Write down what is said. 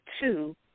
two